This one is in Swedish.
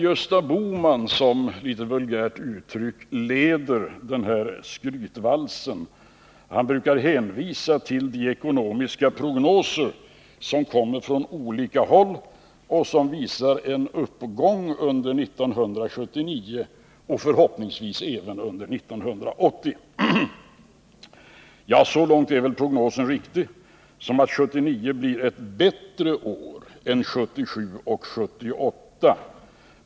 Gösta Bohman, som litet vulgärt uttryckt leder skrytvalsen, brukar hänvisa till de ekonomiska prognoser som kommer från olika håll och som visar en uppgång under 1979 och förhoppningsvis även under 1980. Så långt är väl prognosen riktig som att 1979 blir ett bättre år än 1977 och 1978 var.